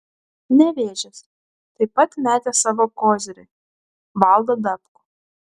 nevėžis taip pat metė savo kozirį valdą dabkų